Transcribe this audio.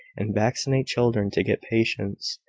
and vaccinate children to get patients,